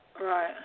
Right